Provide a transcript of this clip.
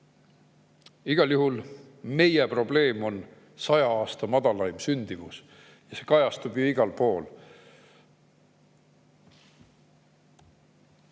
juhul on meie probleem 100 aasta madalaim sündimus ja see kajastub ju igal pool.